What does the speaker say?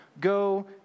go